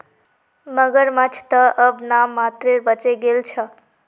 मगरमच्छ त अब नाम मात्रेर बचे गेल छ